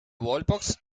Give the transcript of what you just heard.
wallbox